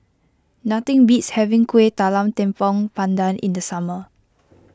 nothing beats having Kueh Talam Tepong Pandan in the summer